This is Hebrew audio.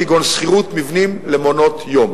כגון שכירות מבנים למעונות-יום.